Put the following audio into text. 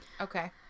okay